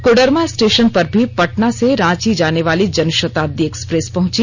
Koderma station पर भी पटना से रांची जाने वाली जनशताब्दी एक्सप्रेस पहुंची